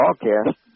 broadcast